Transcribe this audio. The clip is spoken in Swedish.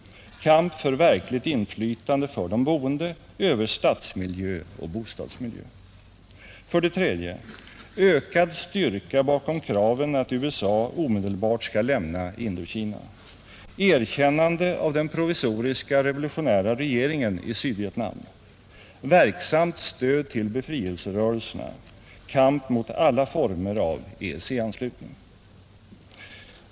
Kamp för verkligt inflytande för de boende över stadsmiljö och bostadsmiljö. 3. Ökad styrka bakom kraven att USA omedelbart skall lämna Indokina, Erkännande av den provisoriska revolutionära regeringen i Sydvietnam, Verksamt stöd till befrielserörelserna. Kamp mot alla former av EEC-anslutning.